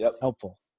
helpful